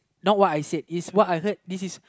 not what I said is what I heard this is